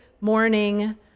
morning